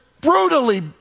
brutally